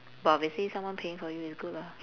but obviously someone paying for you is good lah